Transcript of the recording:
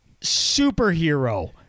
superhero